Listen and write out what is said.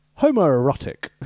homoerotic